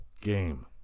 game